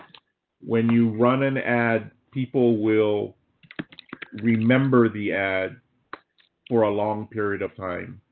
when you run an ad people will remember the ad for a long period of time.